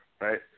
right